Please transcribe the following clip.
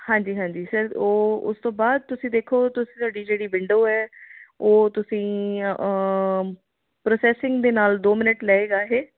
ਹਾਂਜੀ ਹਾਂਜੀ ਸਰ ਉਹ ਉਸ ਤੋਂ ਬਾਅਦ ਤੁਸੀਂ ਦੇਖੋ ਤੁਸੀਂ ਤੁਹਾਡੀ ਜਿਹੜੀ ਵਿੰਡੋ ਹੈ ਉਹ ਤੁਸੀਂ ਪ੍ਰੋਸੈਸਿੰਗ ਦੇ ਨਾਲ ਦੋ ਮਿਨਟ ਲਏਗਾ ਇਹ